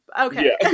Okay